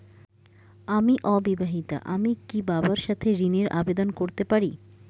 আমি অবিবাহিতা আমি কি বাবার সাথে ঋণের আবেদন করতে পারি?